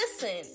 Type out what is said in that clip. listen